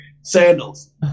Sandals